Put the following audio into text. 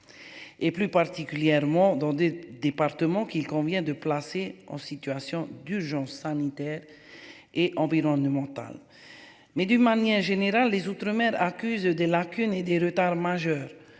Et plus particulièrement dans des départements qu'il convient de placer en situation d'urgence sanitaire et environnemental mais d'une manière générale les Outre-mer accusent des lacunes et des retards majeurs